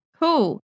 Cool